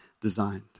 designed